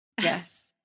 yes